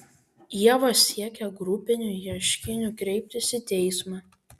ieva siekia grupiniu ieškiniu kreiptis į teismą